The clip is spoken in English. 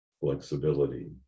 flexibility